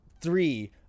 three